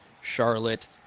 Charlotte